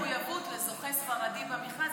אבל מכיוון שיש מחויבות לזוכה ספרדי במכרז,